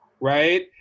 right